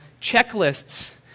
checklists